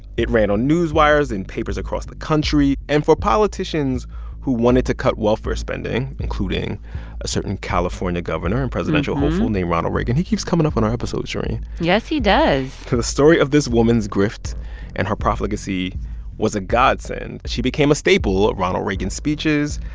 it ran on newswires, in papers across the country. and for politicians who wanted to cut welfare spending, including a certain california governor and presidential hopeful named ronald reagan he keeps coming up on our episodes, shereen yes, he does so the story of this woman's grift and her profligacy was a godsend. she became a staple of ronald reagan's speeches,